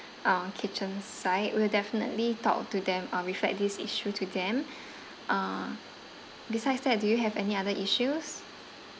uh kitchen side we'll definitely talk to them uh reflect this issue to them uh besides that do you have any other issues